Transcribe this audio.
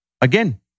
Again